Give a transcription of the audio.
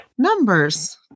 numbers